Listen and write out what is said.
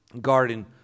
Garden